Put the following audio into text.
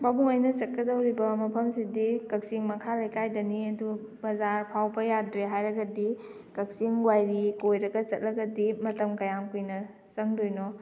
ꯄꯥꯕꯨꯡ ꯑꯩꯅ ꯆꯠꯀꯗꯧꯔꯤꯕ ꯃꯐꯝꯁꯤꯗꯤ ꯀꯛꯆꯤꯡ ꯃꯈꯥ ꯂꯩꯀꯥꯏꯗꯅꯤ ꯑꯗꯨ ꯕꯖꯥꯔ ꯐꯥꯎꯕ ꯌꯥꯗ꯭ꯔꯦ ꯍꯥꯏꯔꯒꯗꯤ ꯀꯛꯆꯤꯡ ꯋꯥꯏꯔꯤ ꯀꯣꯏꯔꯒ ꯆꯠꯂꯒꯗꯤ ꯃꯇꯝ ꯀꯌꯥꯝ ꯀꯨꯏꯅ ꯆꯪꯗꯣꯏꯅꯣ